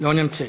לא נמצאת.